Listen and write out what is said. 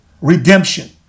redemption